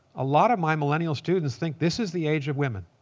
a lot of my millennial students think this is the age of women,